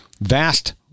vast